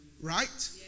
Right